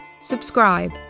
subscribe